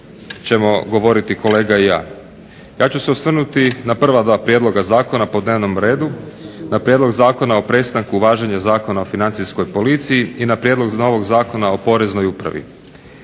ćemo govoriti kolega i ja. Ja ću se osvrnuti na prva dva prijedloga zakona po dnevnom redu, na prijedlog Zakona o prestanku važenja Zakona o Financijskoj policiji i na Prijedlog novog zakona o Poreznoj upravi.